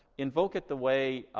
invoke it the way